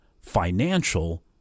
financial